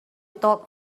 told